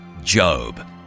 Job